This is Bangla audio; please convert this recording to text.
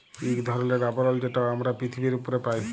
ইক ধরলের আবরল যেট আমরা পিথিবীর উপ্রে পাই